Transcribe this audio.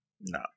No